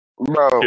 bro